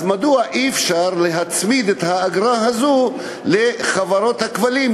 מדוע אי-אפשר להצמיד את האגרה הזאת לחברות הכבלים,